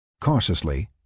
Cautiously